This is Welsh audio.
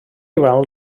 weld